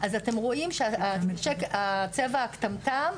אז אתם רואים שהצבע הכתמתם,